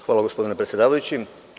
Hvala, gospodine predsedavajući.